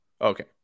Okay